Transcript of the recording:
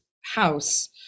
house